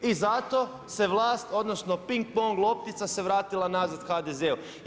I zato se vlast, odnosno ping-pong loptica se vratila nazad HDZ-u.